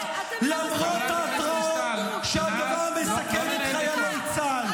למרות ההתראות שהדבר מסכן את חיילי צה"ל.